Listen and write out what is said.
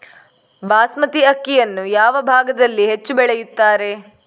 ಬಾಸ್ಮತಿ ಅಕ್ಕಿಯನ್ನು ಯಾವ ಭಾಗದಲ್ಲಿ ಹೆಚ್ಚು ಬೆಳೆಯುತ್ತಾರೆ?